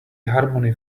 harmony